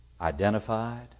identified